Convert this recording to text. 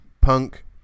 Punk